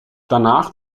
danach